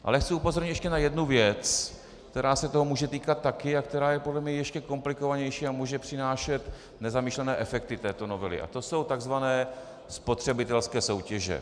Ale chci upozornit ještě na jednu věc, která se toho může týkat také a která je podle mě ještě komplikovanější a může přinášet nezamýšlené efekty této novely, a to jsou tzv. spotřebitelské soutěže.